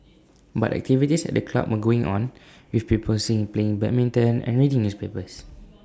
but activities at the club were going on with people seen playing badminton and reading newspapers